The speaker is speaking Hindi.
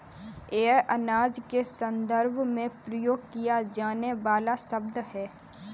यह अनाज के संदर्भ में प्रयोग किया जाने वाला शब्द है